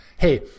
Hey